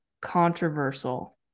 controversial